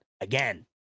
again